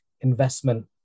investment